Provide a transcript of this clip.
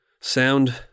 sound